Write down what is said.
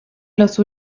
los